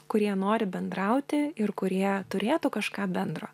kurie nori bendrauti ir kurie turėtų kažką bendro